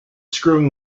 screwing